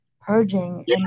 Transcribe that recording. purging